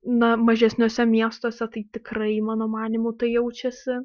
na mažesniuose miestuose tai tikrai mano manymu tai jaučiasi